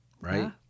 Right